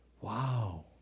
wow